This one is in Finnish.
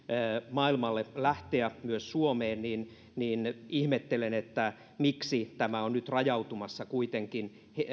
maailmalle lähteä myös suomeen niin niin ihmettelen miksi tämä on nyt rajautumassa kuitenkin